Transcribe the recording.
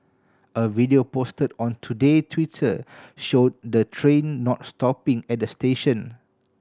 a video posted on Today Twitter show the train not stopping at the station